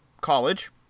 college